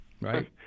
Right